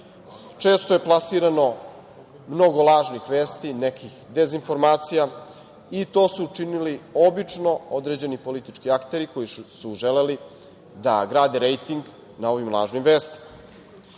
često je plasirano mnogo lažnih vesti, nekih dezinformacija i to su činili obično određeni politički akteri koji su želeli da grade rejting na ovim lažnim vestima. Građani